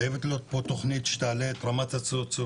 חייבת להיות פה תוכנית שתעלה את הרמה הסוציו-אקונומית.